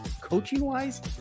coaching-wise